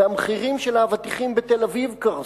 ומחירי האבטיחים בתל-אביב קרסו,